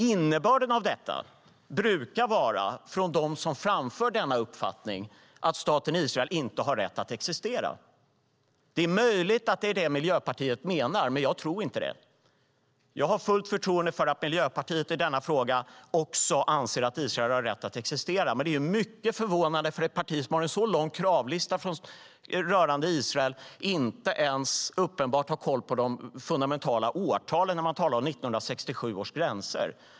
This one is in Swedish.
Innebörden av det brukar från dem som framför denna uppfattning vara att staten Israel inte har rätt att existera. Det är möjligt att det är det som Miljöpartiet menar, men jag tror inte det. Jag har fullt förtroende för att Miljöpartiet anser att Israel har rätt att existera. Det är dock mycket förvånande att ett parti som har en lång kravlista rörande Israel uppenbarligen inte har koll på de mest fundamentala årtalen när man talar om 1967 års gränser.